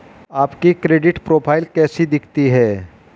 आपकी credit profile कैसी दिखती है?